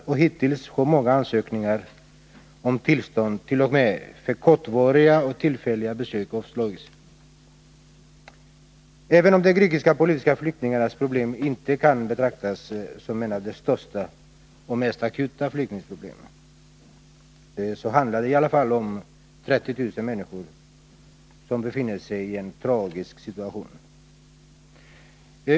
Hittills har t.o.m. många ansökningar om tillstånd för kortvariga eller tillfälliga besök avslagits. Även om de grekiska politiska flyktingarnas problem inte kan betraktas som ett av de största eller mest akuta flyktingproblemen, handlar det i alla fall om 30 000 människor som befinner sig i en tragisk situation.